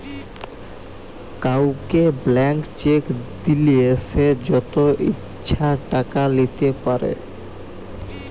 কাউকে blank cheque দিলে সে যত ইচ্ছা টাকা লিতে পারে